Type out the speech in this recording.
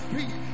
Peace